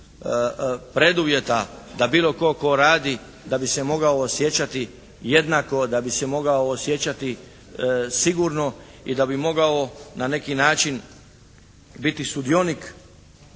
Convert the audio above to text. preduvjeta da bilo tko tko radi da bi se mogao osjećati jednako, da bi se mogao osjećati sigurno i da bi mogao na neki način biti sudionik